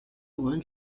loin